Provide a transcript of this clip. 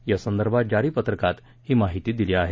यासंदर्भात जारी पत्रकात ही माहिती दिली आहे